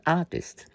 artist